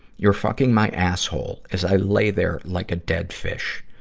you're fucking my asshole, as i lay there like a dead fish.